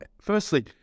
Firstly